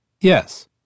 Yes